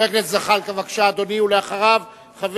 חבר